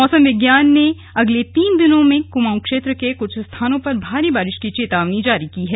मौसम विज्ञान ने अगले तीन दिनों में कुमाऊं क्षेत्र के कृछ स्थानों पर भारी बारिश की चेतावनी जारी की है